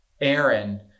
Aaron